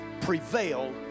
prevail